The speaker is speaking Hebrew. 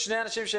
שתי הערות קצרות.